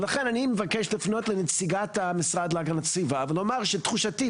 לכן אני מבקש לפנות לנציגת המשרד להגנת הסביבה ולומר שלתחושתי,